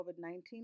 COVID-19